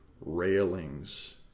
railings